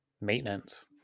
maintenance